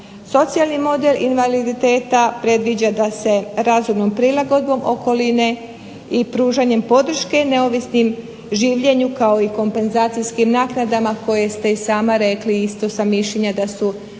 Socijalni model invaliditeta predviđa da se razumnom prilagodbom okoline i pružanjem podrške neovisnom življenju kao i kompenzacijskim naknadama koje ste i sama rekli, istog sam mišljenja, da su vrlo